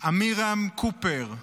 עמירם קופר,